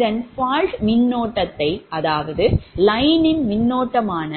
இதன் fault மின்னோட்டத்தை அதாவது lineனின் மின்னோட்டமான